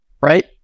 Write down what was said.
right